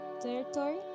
territory